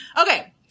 Okay